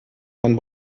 von